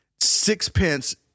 Sixpence